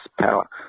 power